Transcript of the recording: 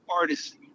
artists